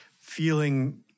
feeling